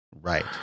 right